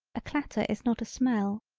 a clatter is not a smell.